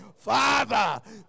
father